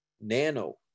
Nano